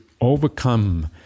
overcome